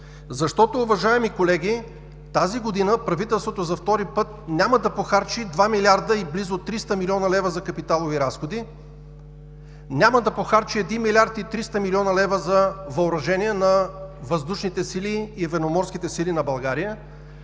защото, уважаеми колеги, тази година правителството за втори път няма да похарчи близо 2 млрд. и 300 млн. лева за капиталови разходи, няма да похарчи 1 млрд. 300 млн. лв. за въоръжение на Въздушните сили и Военноморските сили на България.